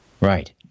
Right